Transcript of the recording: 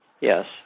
Yes